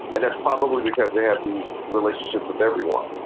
and that's probably because they have these relationships with everyone.